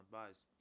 advice